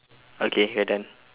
okay we're done